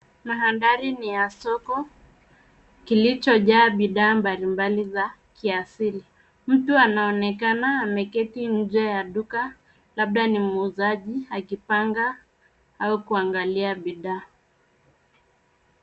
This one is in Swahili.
Mandhari ni ya soko kilichojaa bidhaa mbalimbali za kiasili. Mtu anaonekana ameketi nje ya duka labda ni muuzaji akipanga au kuangalia bidhaa.